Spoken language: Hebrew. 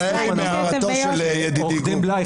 עו"ד בליי,